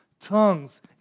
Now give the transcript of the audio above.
tongues